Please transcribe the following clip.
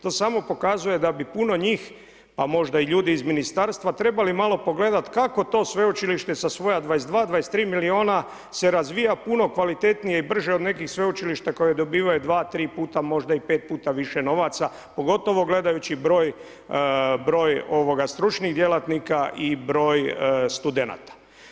To samo pokazuje da bi puno njih, pa možda i ljudi iz ministarstva, trebali malo pogledat kako to sveučilište sa svoja 22, 23 milijuna se razvija puno kvalitetnije i brže od nekih sveučilišta koji dobivaju 2, 3 puta, a možda i 5 puta više novaca, pogotovo gledajući broj stručnih djelatnika i broj studenata.